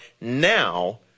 now